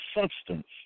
substance